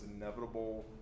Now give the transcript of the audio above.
inevitable